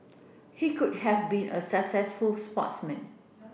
he could have been a successful sportsman